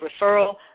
referral